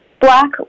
black